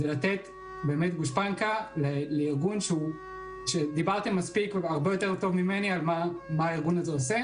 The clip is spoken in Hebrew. זה לתת גושפנקה לארגון שכבר אמרתם פה מה הוא עושה.